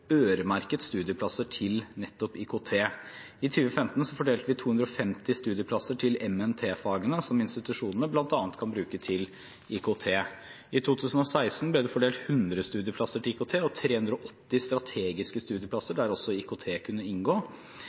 øremerket studieplasser til nettopp IKT. I 2015 fordelte vi 250 studieplasser til MNT-fagene, som institusjonene bl.a. kan bruke til IKT. I 2016 ble det fordelt 100 studieplasser til IKT og 380 strategiske studieplasser, der også IKT kunne inngå.